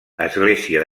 església